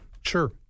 Sure